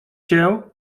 się